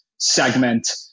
Segment